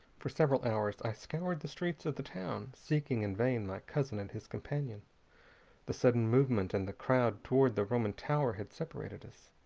for several hours i scoured the streets of the town, seeking in vain my cousin and his companion the sudden movement of and the crowd toward the roman tower had separated us.